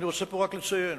אני רוצה פה רק לציין